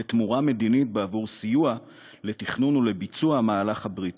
לתמורה מדינית בעבור סיוע לתכנון ולביצוע המהלך הבריטי.